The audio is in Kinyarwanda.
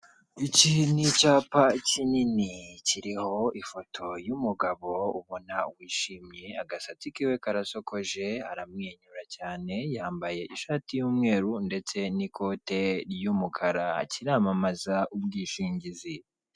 iki ni icyapa kinini kiriho ifoto y'umugabo ubona wishimye, agasatsi kiwe karasogoje aramwenyura cyane, yambaye ishati y'umweru ndetse n'ikote ry'umukara. Kiramamaza ubwishingizi.